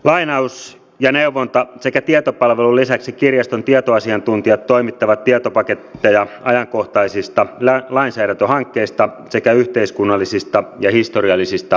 lainaus neuvonta sekä tietopalvelun lisäksi kirjaston tietoasiantuntijat toimittavat tietopaketteja ajankohtaisista lainsäädäntöhankkeista sekä yhteiskunnallisista ja historiallisista aiheista